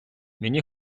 мені